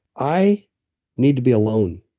i need to be alone.